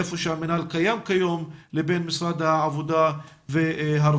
איפה שהמינהל קיים כיום לבין משרד העבודה והרווחה.